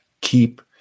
keep